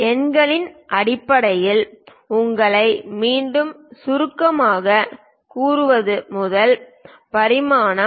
எண்களின் அடிப்படையில் உங்களை மீண்டும் சுருக்கமாகக் கூறுவது முதல் பரிமாணம்